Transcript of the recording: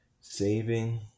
Saving